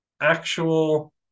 Actual